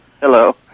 Hello